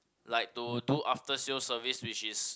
like to do after sales service which is